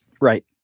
Right